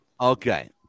Okay